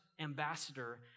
ambassador